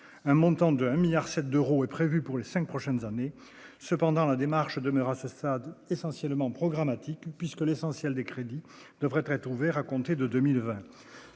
un montant de 1 milliard 7 d'euros est prévu pour les 5 prochaines années, cependant la démarche demeure à ce stade, essentiellement programmatique, puisque l'essentiel des crédits devraient être ouverts à compter de 2020,